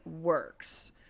works